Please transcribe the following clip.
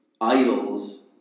idols